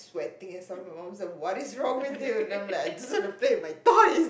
sweating and stuff and my mom is like what is wrong with you then I'm like I just want to play with my toys